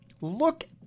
look